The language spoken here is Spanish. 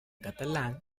catalán